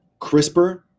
CRISPR